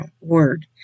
word